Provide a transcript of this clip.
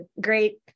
great